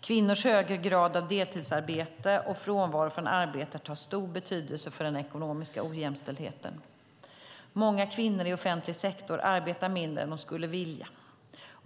Kvinnors högre grad av deltidsarbete och frånvaro från arbetet har stor betydelse för den ekonomiska ojämställdheten. Många kvinnor i offentlig sektor arbetar mindre än de skulle vilja.